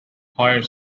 higher